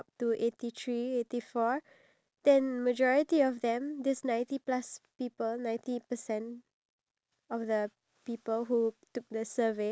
all of these plays a part and if one aspect in your life if you don't plan then the whole thing will be just a mess